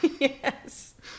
Yes